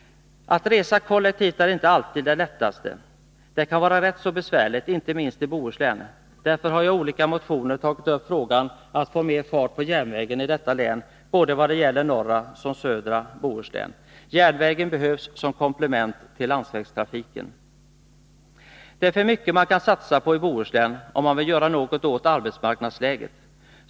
Att resa kollektivt är inte alltid det lättaste. Det kan vara rätt så besvärligt, inte minst i Bohuslän. Därför har jag i olika motioner tagit upp problemet att få mer fart på järnvägen i detta län i vad det gäller såväl norra som södra Bohuslän. Järnvägen behövs som komplement till landsvägstrafiken. Det finns mycket man kan satsa på i Bohuslän, om man vill göra något åt arbetsmarknadsläget.